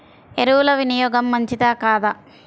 ఎరువుల వినియోగం మంచిదా కాదా?